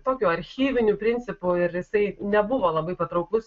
tokiu archyviniu principu ir jisai nebuvo labai patrauklus